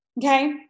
okay